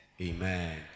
Amen